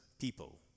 people